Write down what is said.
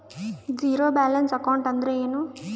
Zero balance account ಅಂದ್ರ ಏನು?